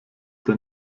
der